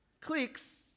cliques